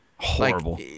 Horrible